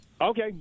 Okay